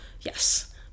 yes